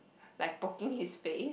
like poking his face